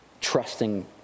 trusting